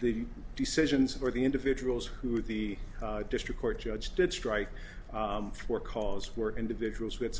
the decisions where the individuals who are the district court judge did strike four calls for individuals with